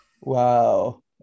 Wow